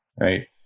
right